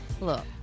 look